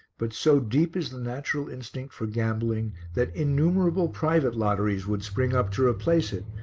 but so deep is the natural instinct for gambling that innumerable private lotteries would spring up to replace it,